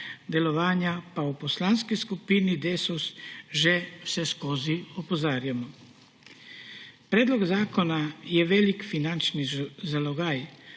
delovanja pa v Poslanski skupini Desus že vseskozi opozarjamo. Predlog zakona je velik finančen zalog,